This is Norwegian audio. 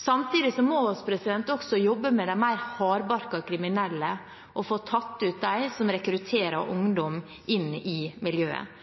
Samtidig må vi også jobbe med de mer hardbarkede kriminelle og få tatt ut dem som rekrutterer ungdom inn i miljøet.